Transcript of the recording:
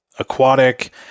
aquatic